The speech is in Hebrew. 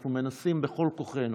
אנחנו מנסים בכל כוחנו